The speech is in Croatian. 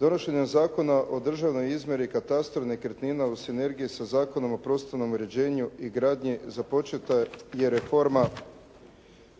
Donošenje Zakona o državnoj izmjeri i katastru nekretnina u sinergiji je sa Zakonom o prostornom uređenju i gradnji započeta je reforma